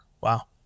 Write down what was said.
Wow